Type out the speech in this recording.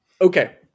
Okay